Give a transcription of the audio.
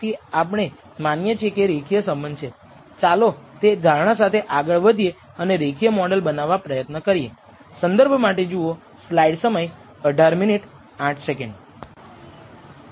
તેથી આપણે તે જ કાર્ય કરી રહ્યા છીએ β̂₀ અથવા ડેટાથી અંદાજિત 2